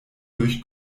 durch